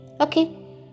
okay